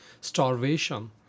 starvation